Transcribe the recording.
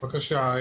בבקשה.